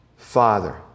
Father